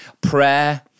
prayer